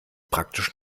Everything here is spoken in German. praktisch